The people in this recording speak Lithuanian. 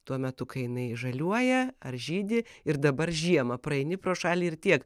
tuo metu kai jinai žaliuoja ar žydi ir dabar žiemą praeini pro šalį ir tiek